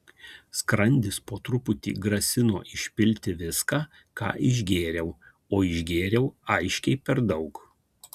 skrandis po truputį grasino išpilti viską ką išgėriau o išgėriau aiškiai per daug